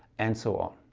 and so on.